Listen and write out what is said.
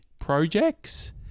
projects